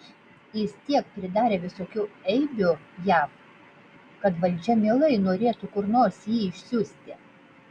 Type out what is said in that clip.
jis tiek pridarė visokių eibių jav kad valdžia mielai norėtų kur nors jį išsiųsti